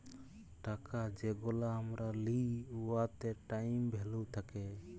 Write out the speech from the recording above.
টাকা যেগলা আমরা লিই উয়াতে টাইম ভ্যালু থ্যাকে